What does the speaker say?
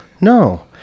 No